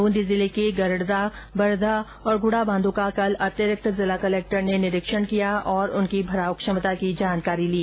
ब्रंदी जिले के गरड़दा बरधा और गुढा बांधों का कल अतिरिक्त जिला कलेक्टर ने निरीक्षण किया और उनकी भराव क्षमता की जानकारी ली